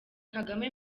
kagame